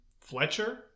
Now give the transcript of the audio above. fletcher